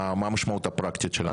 מה המשמעות הפרקטית של זה?